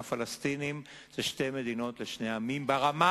הפלסטינים הוא שתי מדינות לשני עמים ברמה